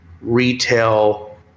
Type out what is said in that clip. retail